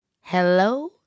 Hello